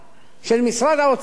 של משרד האוצר,